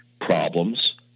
problems